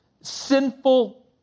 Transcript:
sinful